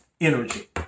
energy